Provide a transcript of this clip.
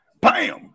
Bam